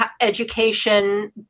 education